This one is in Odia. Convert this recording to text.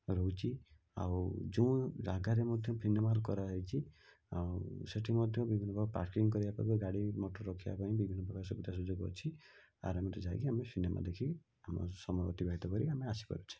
ରହିଛି ଆଉ ଯେଉଁ ଜାଗାରେ ମଧ୍ୟ ସିନେମା ହଲ୍ କରାଯାଇଛି ଆଉ ସେଇଠି ମଧ୍ୟ ବିଭିନ୍ନ ପ୍ରକାର ପାର୍କିଂ କରିବା ପାଇଁ ଗାଡ଼ିମଟର ରଖିବା ପାଇଁ ବିଭିନ୍ନ ପ୍ରକାର ସୁବିଧା ସୁଯୋଗ ଅଛି ଆରାମରେ ଯାଇକି ଆମେ ସିନେମା ଦେଖି ଆମ ସମୟ ଅତିବାହିତ କରିକି ଆମେ ଆସି ପାରୁଛେ